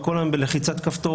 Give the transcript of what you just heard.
הכול נעשה היום בלחיצת כפתור.